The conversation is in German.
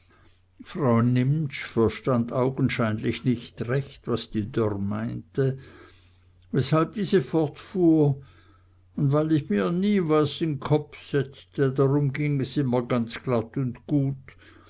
frau nimptsch verstand augenscheinlich nicht recht was die dörr meinte weshalb diese fortfuhr und weil ich mir nie was in n kopp setzte darum ging es immer ganz glatt und gut